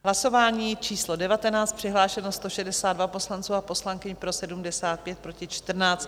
Hlasování číslo 19, přihlášeno 162 poslanců a poslankyň, pro 75, proti 14.